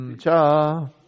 Cha